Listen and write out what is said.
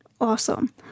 Awesome